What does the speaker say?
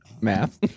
math